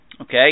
Okay